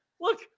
look